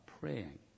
praying